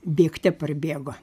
bėgte parbėgo